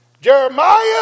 Jeremiah